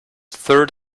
third